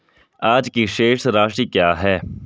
आज की शेष राशि क्या है?